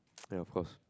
then of course